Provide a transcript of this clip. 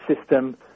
system